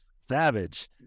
Savage